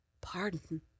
pardon